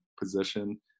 position